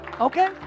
okay